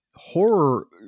Horror